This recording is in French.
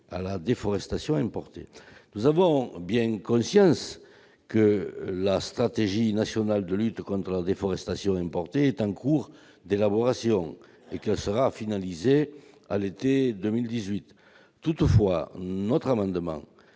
à la déforestation importée. Nous avons bien conscience que la stratégie nationale de lutte contre la déforestation importée est en cours d'élaboration et qu'elle sera finalisée à l'été. Toutefois, l'adoption de cet